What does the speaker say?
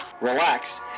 relax